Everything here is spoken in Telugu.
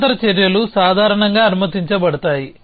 సమాంతర చర్యలు సాధారణంగా అనుమతించబడతాయి